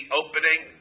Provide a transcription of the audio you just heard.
opening